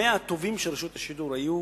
ימיה הטובים של רשות השידור היו